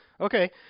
Okay